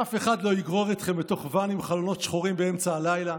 אף אחד לא יגרור אתכם לתוך ואן עם חלונות שחורים באמצע הלילה,